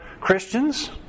Christians